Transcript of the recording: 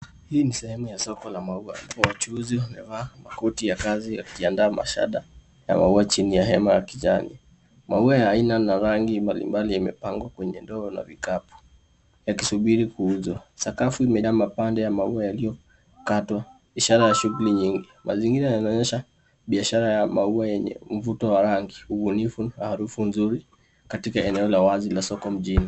Hii ni sehemu ya soko la maua. Wachuuzi wamevaa makoti ya kazi wakiandaa mashadda ya maua chini ya hema ya kijani. Maua ya aina na rangi mbalimbali yamepangwa kwenye ndoo na vikapu yakisubiri kuuzwa. Sakafu ina mapande ya maua yaliyokatwa ishara ya shughuli nyingi. Mazingira yanaonyesha biashara ya maua yenye mvuto wa rangi, ubunifu na harufu nzuri katika eneo la wazi la soko mjini.